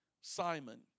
Simon